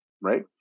right